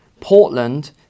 Portland